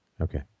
Okay